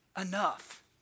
enough